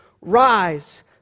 rise